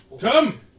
Come